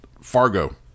Fargo